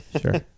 Sure